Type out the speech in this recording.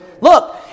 Look